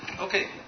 okay